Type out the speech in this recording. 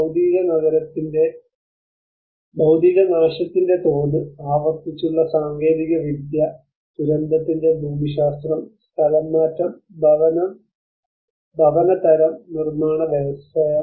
ഭൌതികത നാശത്തിന്റെ തോത് ആവർത്തിച്ചുള്ള സാങ്കേതികവിദ്യ ദുരന്തത്തിന്റെ ഭൂമിശാസ്ത്രം സ്ഥലംമാറ്റം ഭവന തരം നിർമ്മാണ വ്യവസായം